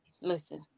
listen